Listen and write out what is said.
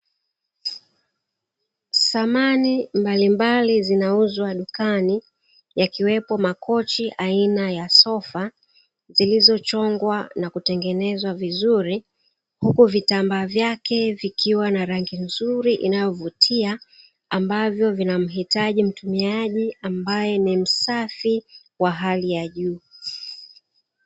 Samani mbalimbali zinauzwa dukani, yakiwepo makochi aina ya sofa, zilizochongwa na kutengenezwa vizuri, huku vitambaa vyake vikiwa na rangi nzuri inayovutia, ambavyo vinamhitaji mtumiaji ambaye ni msafi wa hali ya juu.